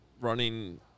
running –